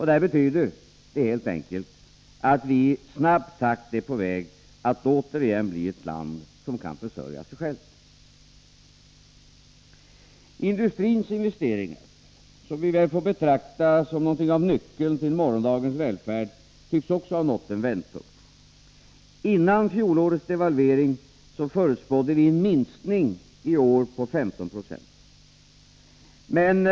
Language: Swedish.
Detta betyder helt enkelt att vi i snabb takt är på väg att återigen bli ett land som kan försörja sig självt. Industrins investeringar — som vi väl får betrakta som något av nyckeln till morgondagens välfärd — tycks också ha nått en vändpunkt. Före fjolårets devalvering förutspådde vi en minskning i år på 15 96.